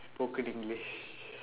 spoken English